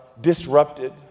disrupted